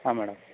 ಹಾಂ ಮೇಡಮ್